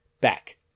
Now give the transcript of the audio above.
back